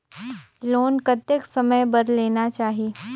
Loan कतेक समय बर लेना चाही?